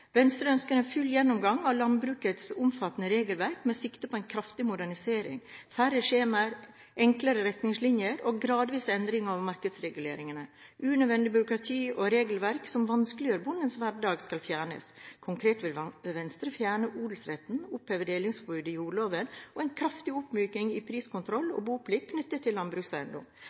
Venstre ønsker en full gjennomgang av landbrukets omfattende regelverk med sikte på en kraftig modernisering, færre skjemaer, enklere retningslinjer og gradvis endring av markedsreguleringene. Unødvendig byråkrati og regelverk som vanskeliggjør bondens hverdag, skal fjernes. Konkret vil Venstre fjerne odelsretten, oppheve delingsforbudet i jordloven og ha en kraftig oppmyking i priskontroll og boplikt knyttet til landbrukseiendom.